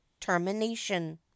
termination